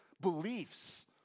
beliefs